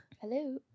Hello